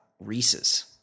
Reese's